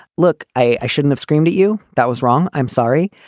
look, i shouldn't have screamed at you. that was wrong. i'm sorry,